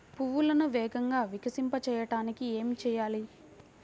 పువ్వులను వేగంగా వికసింపచేయటానికి ఏమి చేయాలి?